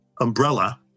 umbrella